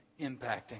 impacting